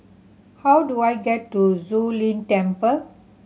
how do I get to Zu Lin Temple